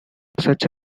such